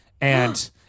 and-